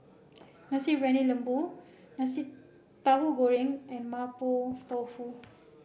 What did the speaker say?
Nasi Briyani Lembu Nasi Tahu Goreng and Mapo Tofu